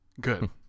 Good